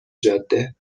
جاده